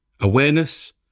awareness